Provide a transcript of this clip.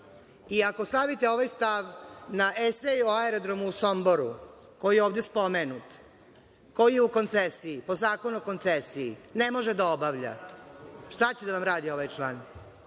Ako stavite ovaj stav na esej o Aerodromu u Somboru, koji je ovde spomenut, koji je u koncesiji, po Zakonu o koncesiji, ne može da obavlja, šta će da vam radi ovaj član.